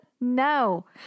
No